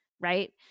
right